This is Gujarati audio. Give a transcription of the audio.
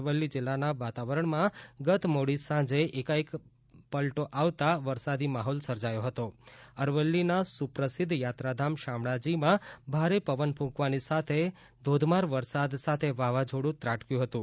અરવલ્લી જિલ્લાના વાતાવરણમાં ગત મોડી સાંજે એકાએક વાવાવરણમાં પલટો આવતા વરસાદી માહોલ સર્જાયો હતો અરવલ્લીના સુપ્રસિદ્ધ યાત્રાધામ શામળાજીમાં ભારે પવન કૂંકાવાની સાથે ભારે પવન સાથે ધોધમાર વરસાદ સાથે વાવાઝોડું ત્રાટકર્યું હતું